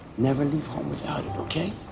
never leave home without it, okay?